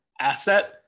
asset